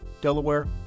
Delaware